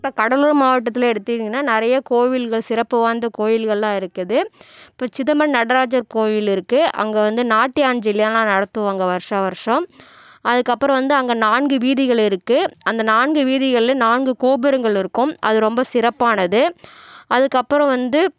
இப்போ கடலூர் மாவட்டத்தில் எடுத்துகிட்டிங்கன்னா நிறைய கோவில்கள் சிறப்பு வாய்ந்த கோவில்களெல்லாம் இருக்குது இப்போ சிதம்பரம் நடராஜர் கோவில் இருக்குது அங்கே வந்து நாட்டியாஞ்சலியெல்லாம் நடத்துவாங்க வருஷா வருஷம் அதுக்கப்புறம் வந்து அங்கே நான்கு வீதிகள் இருக்குது அந்த நான்கு வீதிகளில் நான்கு கோபுரங்கள் இருக்கும் அது ரொம்ப சிறப்பானது அதுக்கப்புறம் வந்து